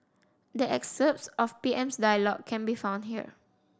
the excerpts of P M's dialogue can be found here